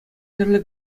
тӗрлӗ